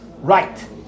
right